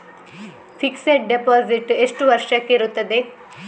Fixed deposit ಎಷ್ಟು ವರ್ಷಕ್ಕೆ ಇರುತ್ತದೆ?